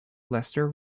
lester